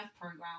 program